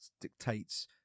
dictates